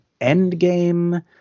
Endgame